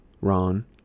ron